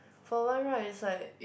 for one ride is like